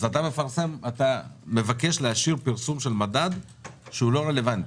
אתה מבקש להשאיר פרסום של מדד שהוא לא רלבנטי.